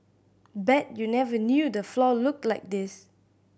bet you never knew the floor looked like this